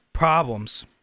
Problems